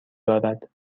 دارد